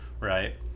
right